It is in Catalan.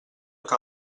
que